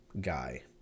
guy